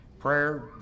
Prayer